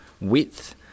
width